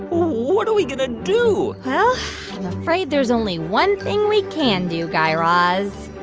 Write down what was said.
what are we going to do? well, i'm afraid there's only one thing we can do, guy raz